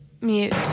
mute